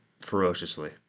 ferociously